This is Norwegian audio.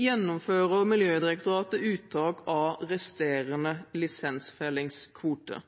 gjennomfører Miljødirektoratet uttak av resterende lisensfellingskvote.